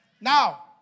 Now